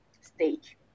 Stage